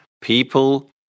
people